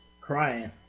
crying